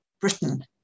Britain